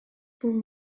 бул